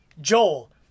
Joel